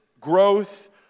growth